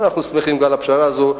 ואנחנו שמחים על הפשרה הזאת,